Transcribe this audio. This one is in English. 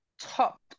top